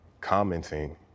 commenting